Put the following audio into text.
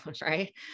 right